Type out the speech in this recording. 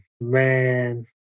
man